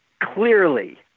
clearly